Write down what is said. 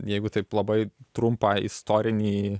jeigu taip labai trumpą istorinį